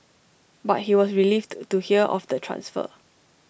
but he was relieved to to hear of the transfer